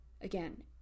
again